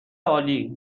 عالی